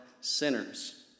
sinners